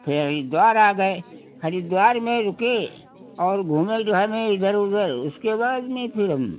फिर हरिद्वार आ गए हरिद्वार में रुके और घूमें टहमें में इधर उधर उसके बाद में फिर हम